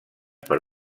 per